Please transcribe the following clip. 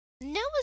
Noah